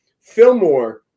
Fillmore